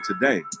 today